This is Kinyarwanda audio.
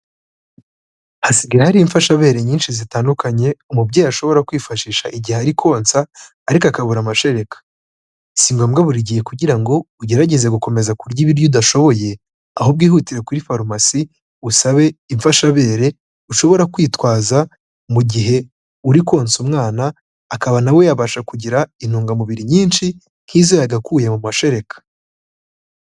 Hasigaye hari imfashabere nyinshi zitandukanye umubyeyi ashobora kwifashisha igihe ari konsa ariko akabura amashereka. Si ngombwa buri gihe kugira ngo ugerageze gukomeza kurya ibiryo udashoboye, ahubwo ihutire kuri farumasi usabe imfashabere ushobora kwitwaza mu gihe uri konsa umwana, akaba na we yabasha kugira intungamubiri nyinshi nk'izo yagakuye mu mashereka.